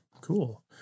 Cool